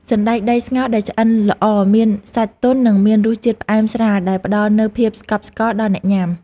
សណ្តែកដីស្ងោរដែលឆ្អិនល្អមានសាច់ទន់និងមានរសជាតិផ្អែមស្រាលដែលផ្តល់នូវភាពស្កប់ស្កល់ដល់អ្នកញ៉ាំ។